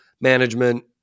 management